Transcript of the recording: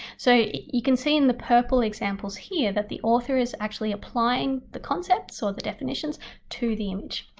so you can see in the purple examples here that the author is actually applying the concepts or the definitions to the image.